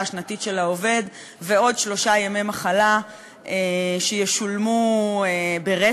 השנתית של העובד ועוד שלושה ימי מחלה שישולמו ברצף.